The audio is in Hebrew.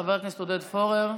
חבר הכנסת עודד פורר.